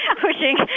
pushing